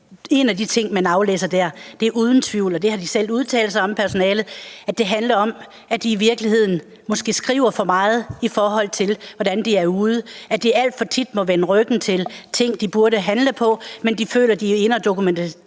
en af de ting, man aflæser der, er uden tvivl – og det har personalet selv udtalt sig om – at det handler om, at de i virkeligheden måske skriver for meget i forhold til, hvor meget de er ude, at de alt for tit må vende ryggen til ting, de burde handle på, men de føler, at skal være inde og dokumentere